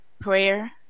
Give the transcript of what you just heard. prayer